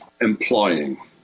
employing